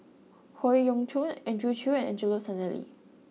Howe Yoon Chong Andrew Chew and Angelo Sanelli